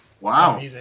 Wow